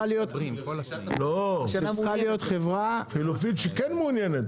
זו צריכה להיות חברה -- חלופית שכן מעוניינת,